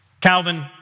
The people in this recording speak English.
Calvin